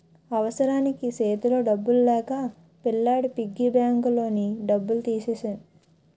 అవసరానికి సేతిలో డబ్బులు లేక పిల్లాడి పిగ్గీ బ్యాంకులోని డబ్బులు తీసెను